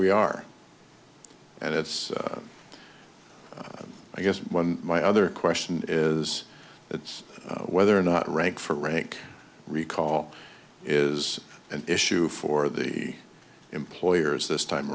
we are and it's i guess one my other question is it's whether or not rank for rank recall is an issue for the employers this time